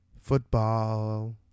football